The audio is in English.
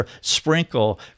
sprinkle